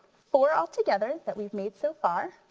four all together that we've made so far.